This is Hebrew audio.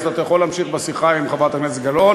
אז אתה יכול להמשיך בשיחה עם חברת הכנסת גלאון.